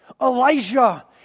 Elijah